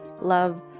love